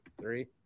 Three